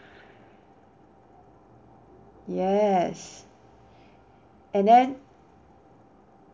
yes and then